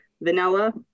vanilla